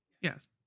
yes